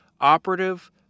operative